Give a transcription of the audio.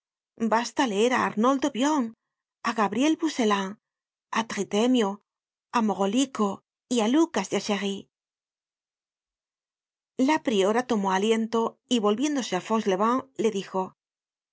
basta leer á arnoldo wion á gabriel bucelin á tritemio á maurolico y á lucas de achr la priora tomó aliento y volviéndose á fauchelevent le dijo